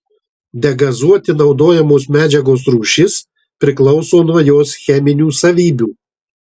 degazuoti naudojamos medžiagos rūšis priklauso nuo jos cheminių savybių